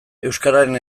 euskararen